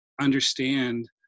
understand